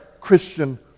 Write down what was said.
christian